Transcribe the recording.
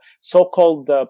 so-called